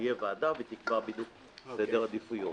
תהיה ועדה והיא תקבע בדיוק את סדר עדיפויות.